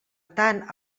tant